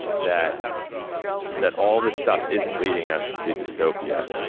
that that all this stuff isn't leading us to dystopia.